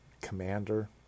commander